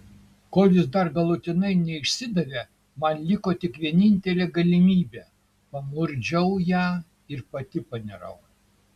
kol jis dar galutinai neišsidavė man liko tik vienintelė galimybė pamurkdžiau ją ir pati panirau